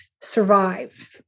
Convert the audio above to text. survive